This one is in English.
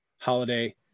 holiday